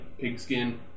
Pigskin